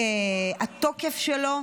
מהתוקף שלו,